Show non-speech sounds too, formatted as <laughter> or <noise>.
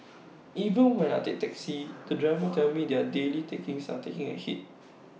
<noise> even when I take taxis <noise> the drivers tell me their daily takings are taking A hit